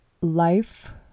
life